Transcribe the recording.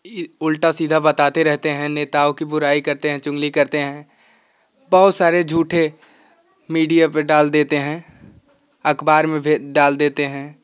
उल्टा सीधा बताते रहते हैं नेताओं की बुराई करते हैं चुगली करते हैं बहुत सारे झूठे मीडिया में डाल देते हैं अखबार में भी डाल देते हैं